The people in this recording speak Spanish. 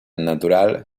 natural